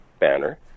banner